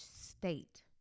state